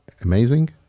amazing